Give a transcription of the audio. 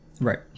Right